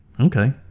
okay